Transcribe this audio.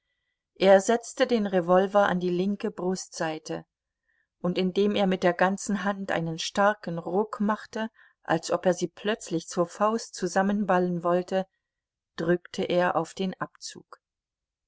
er setzte den revolver an die linke brustseite und indem er mit der ganzen hand einen starken ruck machte als ob er sie plötzlich zur faust zusammenballen wollte drückte er auf den abzug